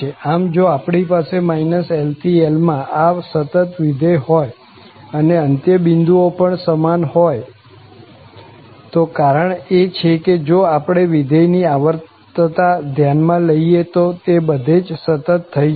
આમ જો આપણી પાસે -L થી L માં આ સતત વિધેય હોય અને અંત્યબિંદુઓ પણ સમાન હોય તો કારણ એ છે કે જો આપણે વિધેય ની આવર્તતા ધ્યાન માં લઈએ તો તે બધે જ સતત થઇ જશે